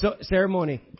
ceremony